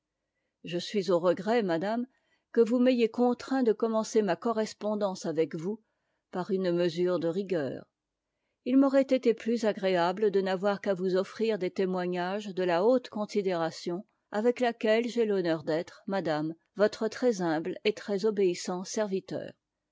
je suis aux regrets madame que vons m'ayez con traint de commencer ma correspondance avec vous par une mesure de rigueur il m'aurait été plus agréable de n'avoir qu'à vous offrir des témoignages de la haute con t sidération avec laquelle j'ai l'honneur d'être madame votre très-humble et ttcs obeissant serviteur